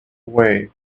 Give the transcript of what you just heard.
away